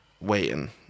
Waiting